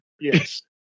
Yes